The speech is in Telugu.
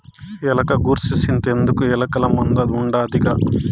ఎలక గూర్సి సింతెందుకు, ఎలకల మందు ఉండాదిగా